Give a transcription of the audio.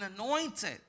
anointed